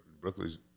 Brooklyn's